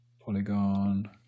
polygon